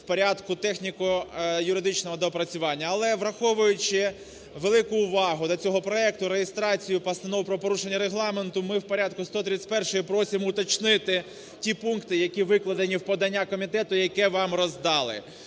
в порядку техніко-юридичного доопрацювання. Але, враховуючи велику увагу до цього проекту, реєстрацію постанов про порушення Регламенту, ми в порядку 131-ї просимо уточнити ті пункти, які викладені в подання комітету, яке вам роздали.